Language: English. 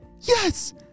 Yes